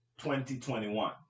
2021